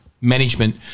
management